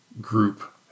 group